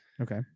Okay